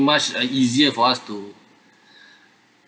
much uh easier for us to